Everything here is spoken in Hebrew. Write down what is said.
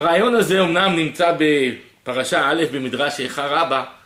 הרעיון הזה אמנם נמצא בפרשה א' במדרש איכה רבא